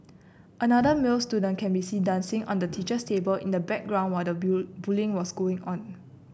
another male student can be seen dancing on the teacher's table in the background while the bullying was going on